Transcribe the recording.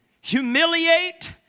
humiliate